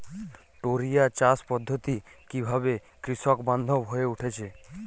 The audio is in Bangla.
টোরিয়া চাষ পদ্ধতি কিভাবে কৃষকবান্ধব হয়ে উঠেছে?